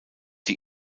die